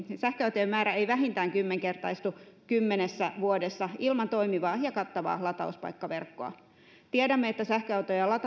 sähköautojen määrä ei vähintään kymmenkertaistu kymmenessä vuodessa ilman toimivaa ja kattavaa latauspaikkaverkkoa tiedämme että sähköautoja